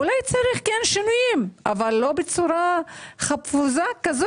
אולי צריך כן שינויים אבל לא בצורה כזו חפוזה,